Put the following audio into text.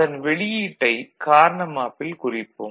அதன் வெளியீட்டை கார்னா மேப்பில் குறிப்போம்